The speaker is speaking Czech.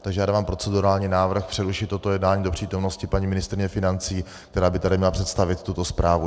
Takže já dávám procedurální návrh přerušit toto jednání do přítomnosti paní ministryně financí, která by tady měla představit tuto zprávu.